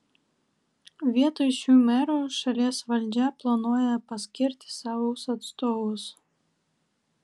vietoj šių merų šalies valdžia planuoja paskirti savus atstovus